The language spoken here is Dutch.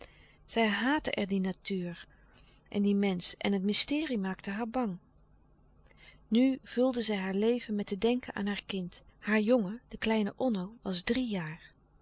zij haatte nu die natuur en die mensch en het mysterie maakte haar bang nu vulde zij haar leven met te denken aan haar kind haar jongen de kleine onno was drie jaar